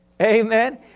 Amen